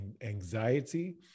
anxiety